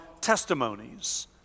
testimonies